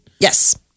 Yes